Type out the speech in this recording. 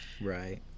Right